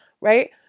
right